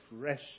fresh